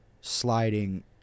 sliding